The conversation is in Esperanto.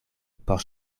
por